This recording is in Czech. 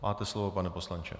Máte slovo, pane poslanče.